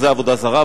זה עבודה זרה.